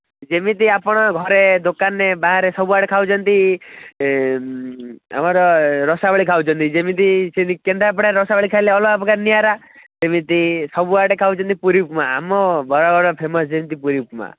ଯେମିତି ଆପଣ ଘରେ ଦୋକାନରେ ବାହାରେ ସବୁଆଡେ ଖାଉଛନ୍ତି ଆମର ରସାବଳୀ ଖାଉଛନ୍ତି ଯେମିତି କେନ୍ଦ୍ରାପଡ଼ାରେ ରସାବଳୀ ଖାଇଲେ ଅଲଗା ପ୍ରକାର ନିଆରା ସେମିତି ସବୁଆଡେ ଖାଉଛନ୍ତି ପୁରୀ ଉପମା ଆମ ବରଗଡ଼ ଫେମସ ସେମିତି ପୁରୀ ଉପମା